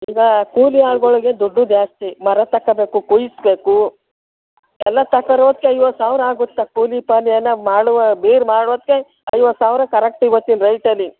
ಈಗ ಕೂಲಿ ಆಳುಗಳಿಗೆ ದುಡ್ಡು ಜಾಸ್ತಿ ಮರ ತಕೋಬೇಕು ಕೊಯ್ಸಬೇಕು ಎಲ್ಲ ತಕೊಳೊತ್ತಿಗೆ ಐವತ್ತು ಸಾವಿರ ಆಗುತ್ತ ಕೂಲಿ ಪಾಲಿ ಎಲ್ಲ ಮಾಡುವ ಬೀರು ಮಾಡೋಕೆ ಐವತ್ತು ಸಾವಿರ ಕರೆಕ್ಟ್ ಇವತ್ತಿನ ರೈಟಲ್ಲಿ